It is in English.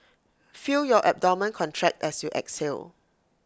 feel your abdomen contract as you exhale